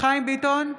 חיים ביטון,